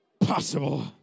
possible